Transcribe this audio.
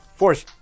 force